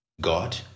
God